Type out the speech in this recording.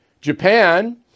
Japan